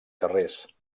carrers